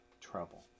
trouble